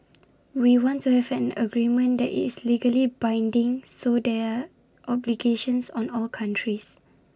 we want to have an agreement that is legally binding so there are obligations on all countries